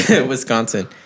Wisconsin